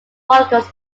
falcons